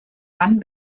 bann